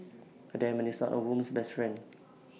A diamond is not A woman's best friend